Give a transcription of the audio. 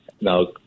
now